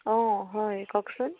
অঁ হয় কওকচোন